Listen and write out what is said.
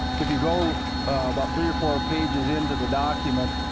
if you go about three or four pages into the document,